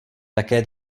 také